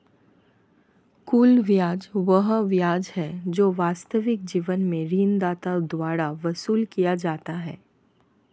कुल ब्याज वह ब्याज है जो वास्तविक जीवन में ऋणदाता द्वारा वसूल किया जाता है